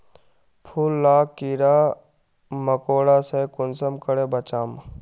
फूल लाक कीड़ा मकोड़ा से कुंसम करे बचाम?